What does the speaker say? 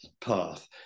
path